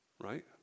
right